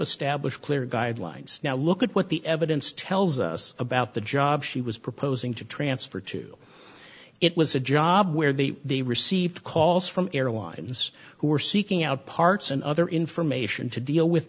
establish clear guidelines now look at what the evidence tells us about the job she was proposing to transfer to it was a job where they they received calls from airlines who were seeking out parts and other information to deal with